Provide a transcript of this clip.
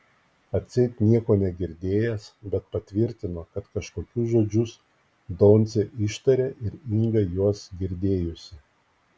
atseit nieko negirdėjęs bet patvirtino kad kažkokius žodžius doncė ištarė ir inga juos girdėjusi